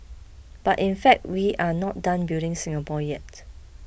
but in fact we are not done building Singapore yet